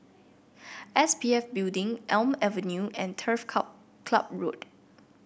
S P F Building Elm Avenue and Turf Cub Ciub Road